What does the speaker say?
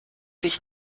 sich